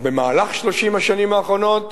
במהלך 30 השנים האחרונות